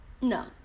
No